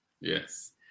Yes